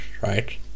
right